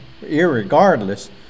Irregardless